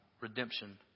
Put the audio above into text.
redemption